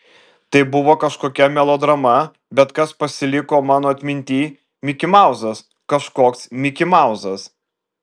tai buvo kažkokia melodrama bet kas pasiliko mano atmintyj mikimauzas kažkoks mikimauzas